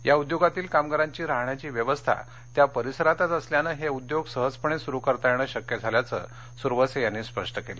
या उद्योगातील कामगारांची राहण्याची व्यवस्था त्या परिसरातच असल्याने हे उद्योग सहजपणे सुरु करता येणं शक्य झाल्याचं सूरवसे यांनी स्पष्ट केलं